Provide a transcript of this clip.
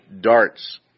darts